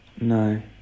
No